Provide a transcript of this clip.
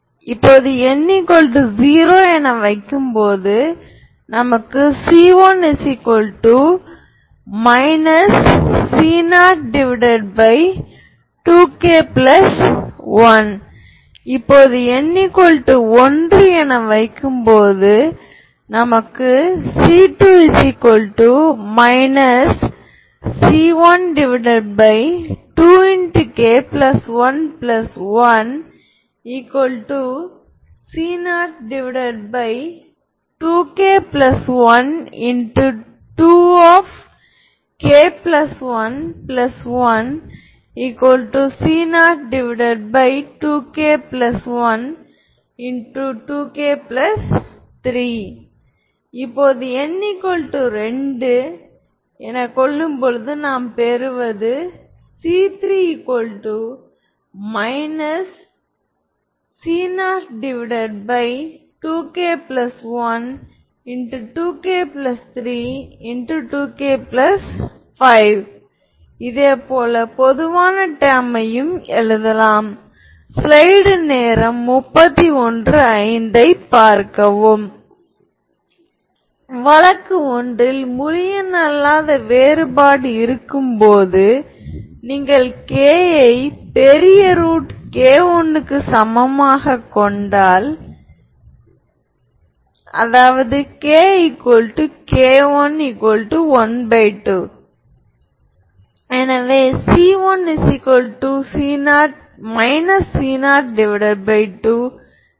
சரியான வடிவில் இதை எழுத கருதுவது a0x≠0 for all அனைத்து xϵa b இப்போது அதை a0 ஆல் வகுக்கும் போது y"a1 xa0xya2xa0xyλa3xa0xy0 integrating factor pxea1a0dx இப்போது மேலே உள்ள சமன்பாட்டில் இந்த p ஐ பெருக்க வேண்டும் pxy"a1 xa0xpx ya2xa0xpx yλa3xa0xpx y0 மேலே சமன்பாட்டில் 1st இரண்டு டேர்ம்களை இணைத்தால் இதை பின்வருமாறு எழுதலாம் ddxpxdydxq y w y 0 Where qx a2xa0x and wxa3xa0x இப்போது நான் இந்த வடிவத்தில் எழுத முடியும் Ly λy பார்க்கவும் ddxpxdydxqxy w y இரு பக்கமும் w கொண்டு வகுக்கும் போது நமக்கு கிடைப்பது 1wddxpxdydxqxy y xϵa b இந்த அதனால் வடிவம் Ly λy சேர்ந்தது அங்கே L≡ 1wddxpxddxqx L ஒரு ஆபரேட்டராக செயல்படுகிறது